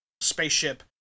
spaceship